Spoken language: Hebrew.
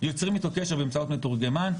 יוצרים איתו קשר באמצעות מתורגמן,